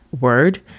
word